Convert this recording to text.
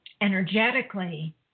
energetically